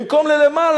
במקום למעלה,